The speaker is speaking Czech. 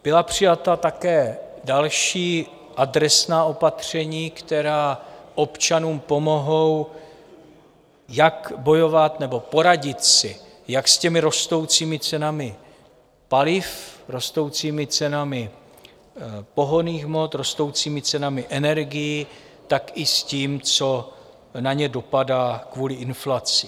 Byla přijata také další adresná opatření, která občanům pomohou, jak bojovat nebo poradit si jak s těmi rostoucími cenami paliv, rostoucími cenami pohonných hmot, rostoucími cenami energií, tak i s tím, co na ně dopadá kvůli inflaci.